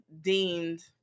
deemed